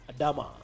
Adama